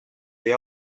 the